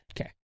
Okay